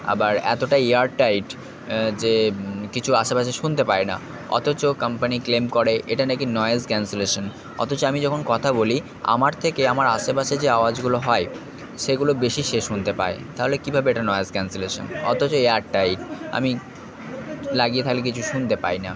আবার এতোটা এয়ারটাইট যে কিছু আশেপাশে শুনতে পায় না অথচ কাম্পানি ক্লেম করে এটা না কি নয়েজ ক্যানসেলেশান অথচ আমি যখন কথা বলি আমার থেকে আমার আশেপাশে যে আওয়াজগুলো হয় সেগুলো বেশি সে শুনতে পায় তাহলে কীভাবে এটা নয়েজ ক্যানসেলেশান অথচ এয়ারটাইট আমি লাগিয়ে থাকলে কিছু শুনতে পাই না